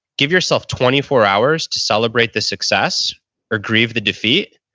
give yourself twenty four hours to celebrate the success or grieve the defeat.